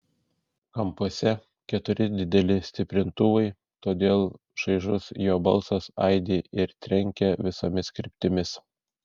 kampuose keturi dideli stiprintuvai todėl šaižus jos balsas aidi ir trenkia visomis kryptimis